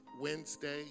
Wednesday